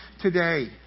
today